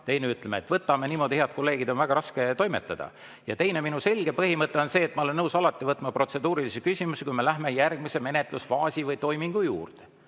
teine ütleb, et võtame. Niimoodi, head kolleegid, on väga raske toimetada. Ja minu teine selge põhimõte on see, et ma olen nõus alati võtma protseduurilisi küsimusi, kui me läheme järgmise menetlusfaasi või toimingu juurde.